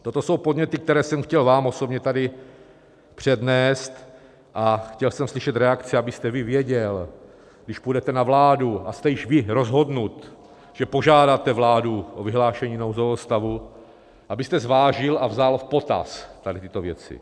Toto jsou podněty, které jsem chtěl vám osobně tady přednést, a chtěl jsem slyšet reakci, abyste vy věděl, když půjdete na vládu a jste již vy rozhodnut, že požádáte vládu o vyhlášení nouzového stavu, abyste zvážil a vzal v potaz tady tyto věci.